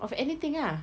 of anything ah